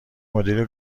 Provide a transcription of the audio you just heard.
مدیر